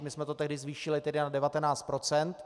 My jsme to tehdy zvýšili na 19 procent.